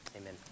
Amen